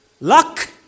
luck